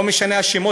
לא משנה השם,